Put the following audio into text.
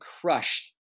crushed